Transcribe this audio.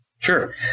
Sure